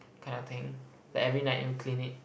kind of thing like every night you'll clean it